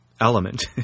element